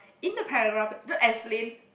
in the paragraph to explain